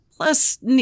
Plus